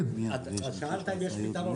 שאלת אם יש פתרון.